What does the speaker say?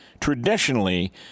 traditionally